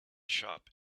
shop